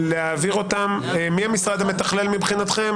מי המשרד המתכלל מבחינתכם?